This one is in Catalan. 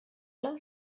havien